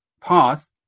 path